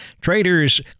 traders